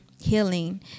healing